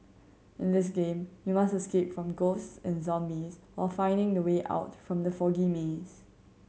in this game you must escape from ghost and zombies while finding the way out from the foggy maze